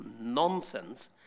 nonsense